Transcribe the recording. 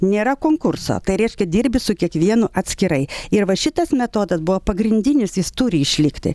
nėra konkurso tai reiškia dirbi su kiekvienu atskirai ir va šitas metodas buvo pagrindinis jis turi išlikti